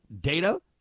data